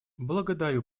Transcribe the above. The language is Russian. благодарю